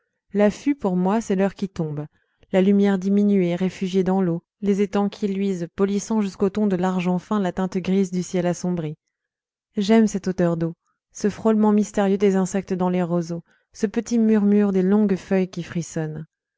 l'affût pour moi c'est l'heure qui tombe la lumière diminuée réfugiée dans l'eau les étangs qui luisent polissant jusqu'au ton de l'argent fin la teinte grise du ciel assombri j'aime cette odeur d'eau ce frôlement mystérieux des insectes dans les roseaux ce petit murmure des longues feuilles qui frissonnent